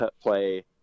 play